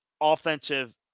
offensive